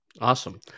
Awesome